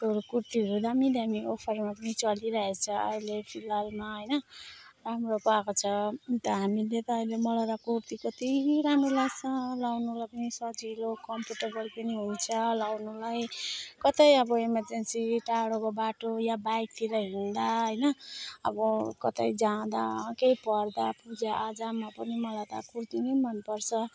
त्यो कुर्तीहरू दामी दामी अफरमा पनि चलिरहेछ अहिले फिलहालमा होइन राम्रो पाएको छ अन्त हामीले त अहिले मलाई त कुर्ती कति राम्रो लाग्छ लगाउनलाई पनि सजिलो कम्फर्टेबल पनि हुन्छ लगाउनलाई कतै अब एमर्जेन्सी टाढो बाटो या बाइकतिर हिँड्दा होइन अब कतै जाँदा केही पर्दा पूजाआजामा पनि मलाई त कुर्ती नै मनपर्छ